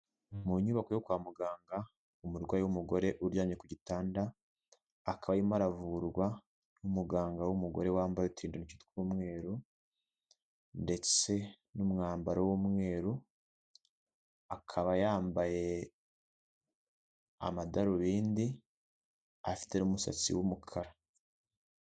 Mu nyubako yo kwa muganga umurwayi w'umugore uryamye ku gitanda akaba arimo aravurwa n'umuganga w'umugore wambaye uturinda ntoki tw'umweru ndetse n'umwambaro w'umweru, akaba yambaye amadarubindi afite n'umusatsi w'umukara.